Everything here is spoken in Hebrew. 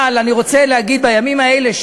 אבל אני רוצה להגיד שבימים האלה,